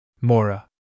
Mora